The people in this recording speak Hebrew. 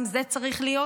גם זה צריך להיות,